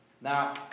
Now